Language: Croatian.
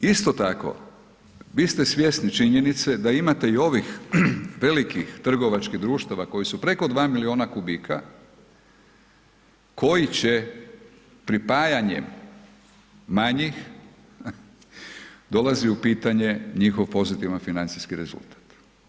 Isto tako, vi ste svjesni činjenice da imate i ovih velikih trgovačkih društava koji su preko 2 milijuna kubika koji će pripajanjem manjih, dolazi u pitanje njihov pozitivan financijski rezultat.